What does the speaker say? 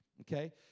Okay